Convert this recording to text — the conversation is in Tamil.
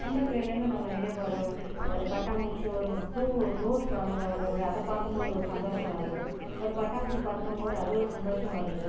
சின்ன பிள்ளையில் இருந்து நம்ம நிறைய ஒரு பட்டாம்பூச்சி ஒரு பூ ரோஸ் வளர்ந்து வரது அதை பார்க்கும் போது ஒரு சந்தோசம் வருது ஒரு பட்டாம்பூச்சி பறக்கும் போது அது ஒரு சந்தோசம் வருது